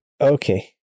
Okay